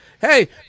Hey